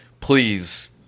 please